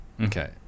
Okay